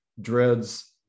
dreads